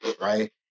right